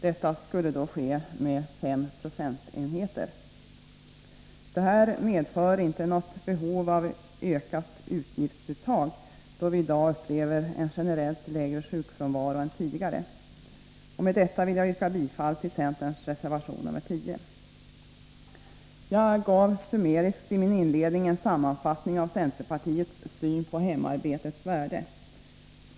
Detta medför inte något behov av ökat utgiftsuttag, då vi i dag upplever en generellt lägre sjukfrånvaro än tidigare. Med detta vill jag yrka bifall till centerns reservation nr 13. Jag gav i inledningen av mitt anförande en sammanfattning av centerns syn på hemarbetets värde.